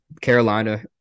Carolina